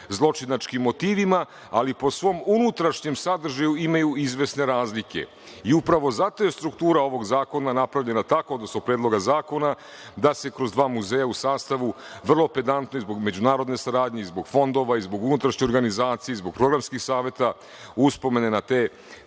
zločinačkim motivima, ali po svom unutrašnjem sadržaju imaju izvesne razlike. Upravo zato je struktura ovog zakona napravljena tako, odnosno Predloga zakona da se kroz dva muzeja u sastavu vrlo pedantno zbog međunarodne saradnje i zbog fondova i zbog unutrašnje organizacije i zbog programskih saveta uspomene na te